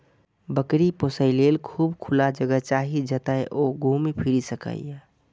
बकरी पोसय लेल खूब खुला जगह चाही, जतय ओ घूमि फीरि सकय